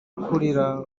kurira